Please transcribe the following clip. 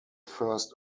first